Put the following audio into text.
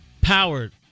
powered